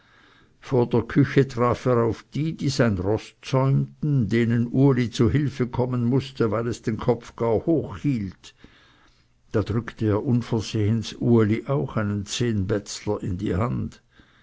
vor der küche traf er auf die die sein roß zäumten denen uli zu hülfe kommen mußte weil es den kopf gar hoch hielt da drückte er unversehens uli auch einen zehnbätzler in die hand